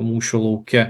mūšio lauke